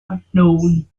unknown